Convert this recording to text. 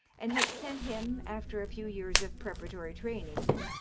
and had sent him, after a few years of preparatory training,